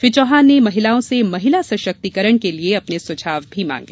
श्री चौहान ने महिलाओं से महिला सशक्तीकरण के लिये अपने सुझाव भी मांगे